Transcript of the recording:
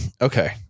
okay